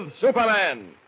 Superman